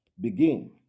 begin